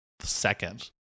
second